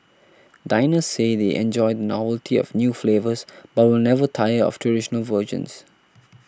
diners say they enjoy the novelty of new flavours but will never tire of traditional versions